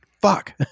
Fuck